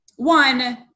One